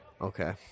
okay